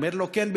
אומרים לו: כן,